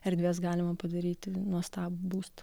erdvės galima padaryti nuostabų būstą